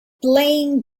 playing